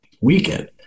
weekend